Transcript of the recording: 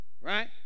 Right